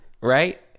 right